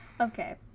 Okay